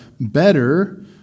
better